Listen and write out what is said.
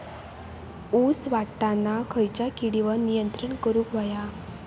ऊस वाढताना खयच्या किडींवर नियंत्रण करुक व्हया?